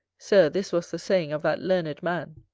sir, this was the saying of that learned man.